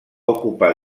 ocupar